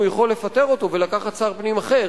יכול לפטר אותו ולקחת שר פנים אחר,